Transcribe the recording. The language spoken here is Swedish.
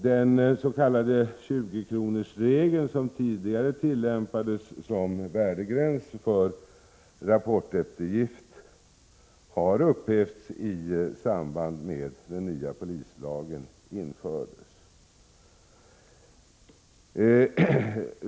Den s.k. 20-kronorsregeln, som tidigare tillämpades som värdegräns för rapporteftergift, upphävdes i samband med att den nya polislagen infördes.